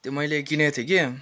त्यो मैले किनेको थिएँ कि